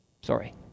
Sorry